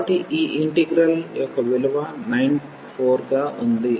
కాబట్టి ఈ ఇంటిగ్రల్ యొక్క విలువ 94 గా ఉంది